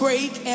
Break